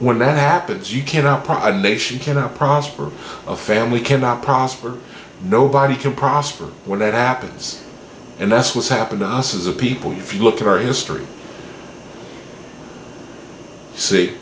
when that happens you cannot provide a nation cannot prosper a family cannot prosper nobody can prosper when that happens and that's what's happened to us as a people if you look at our history see